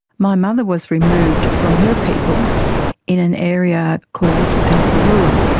my mother was removed from her peoples in an area called alpurrurulam,